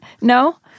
no